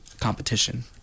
competition